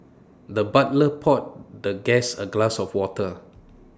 the butler poured the guest A glass of water